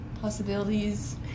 possibilities